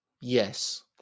yes